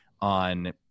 on